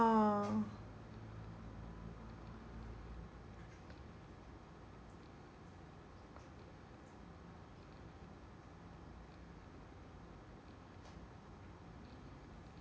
~[orh]